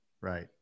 Right